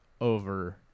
over